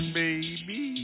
baby